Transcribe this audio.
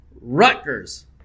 Rutgers